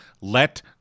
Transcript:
let